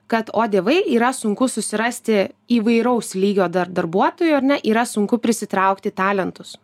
kad o dievai yra sunku susirasti įvairaus lygio dar darbuotojų ar ne yra sunku prisitraukti talentus